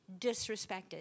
disrespected